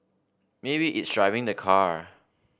maybe it's driving the car